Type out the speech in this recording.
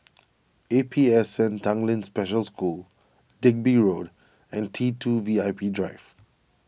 A P S N Tanglin Special School Digby Road and T two V I P Drive